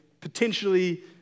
Potentially